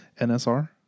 NSR